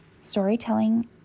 Storytelling